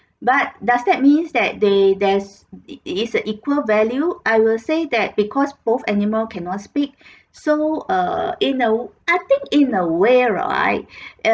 but does that means that they there's is is a equal value I will say that because both animal cannot speak so err in a I think in a way right